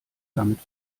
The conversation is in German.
damit